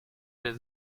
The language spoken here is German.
der